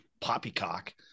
poppycock